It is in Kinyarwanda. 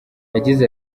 yagize